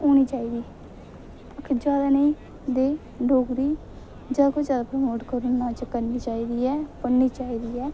औनी चाहिदी आक्खे जैदा नेईं ते डोगरी जैदा कोला जैदा प्रमोट करो करनी चाहिदी ऐ पढ़नी चाहिदी ऐ